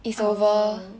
oh